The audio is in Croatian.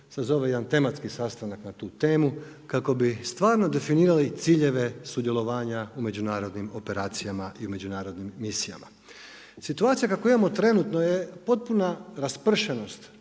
sazove jedan tematski sastanak na tu temu kako bi stvarno definirali ciljeve sudjelovanja u međunarodnim operacijama i u međunarodnim misijama. Situacija kakvu imamo trenutno je potpuna raspršenost